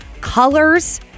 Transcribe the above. Colors